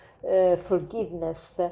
forgiveness